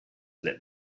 that